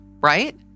right